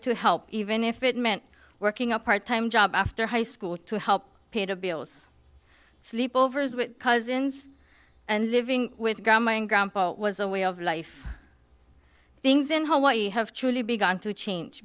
to help even if it meant working a part time job after high school to help pay the bills sleep overs with cousins and living with grandma and grandpa was a way of life things in hawaii have truly began to change